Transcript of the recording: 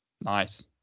Nice